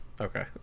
Okay